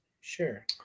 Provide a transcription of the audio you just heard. Sure